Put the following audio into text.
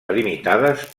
delimitades